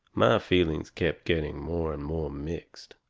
my feelings kept getting more and more mixed.